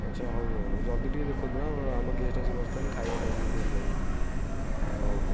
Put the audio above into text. ଆଚ୍ଛା ହଉ ହଉ ଜଲ୍ଦି ଟିକେ ଦେଖନ୍ତୁ ଆମ ଗେଷ୍ଟ୍ ଆସିକି ବସିଛନ୍ତି ଖାଇବା ଟାଇମ୍ ବି ହେଲାଣି ହଉ